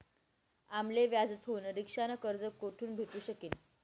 आम्ले व्याजथून रिक्षा न कर्ज कोठून भेटू शकीन